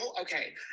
okay